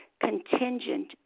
contingent